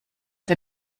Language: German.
der